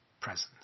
presence